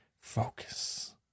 Focus